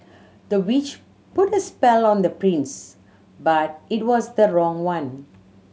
the witch put a spell on the prince but it was the wrong one